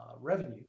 revenue